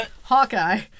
Hawkeye